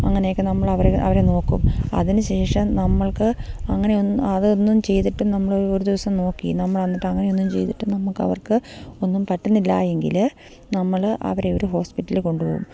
അങ്ങനെയൊക്കെ നമ്മളവരെ അവരെ നോക്കും അതിനുശേഷം നമുക്ക് അതൊന്നും ചെയ്തിട്ടും നമ്മള് ഒരു ദിവസം നോക്കി നമ്മളെന്നിട്ട് അങ്ങനെയൊന്നും ചെയ്തിട്ട് നമുക്കവർക്ക് ഒന്നും പറ്റുന്നില്ലെങ്കില് നമ്മള് അവരെയൊരു ഹോസ്പിറ്റലിൽ കൊണ്ടപോകും